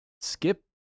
skip